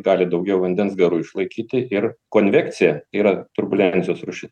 gali daugiau vandens garų išlaikyti ir konvekcija yra turbulencijos rūšis